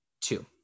Two